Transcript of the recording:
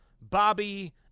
Bobby